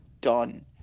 done